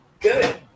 good